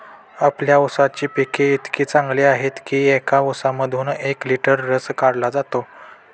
आपल्या ऊसाची पिके इतकी चांगली आहेत की एका ऊसामधून एक लिटर रस काढला जातो